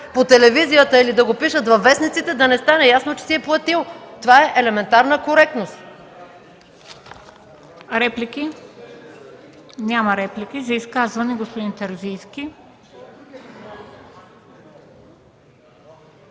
по телевизията или да го пишат във вестниците – да не стане ясно, че си е платил. Това е елементарна коректност.